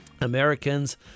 Americans